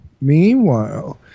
meanwhile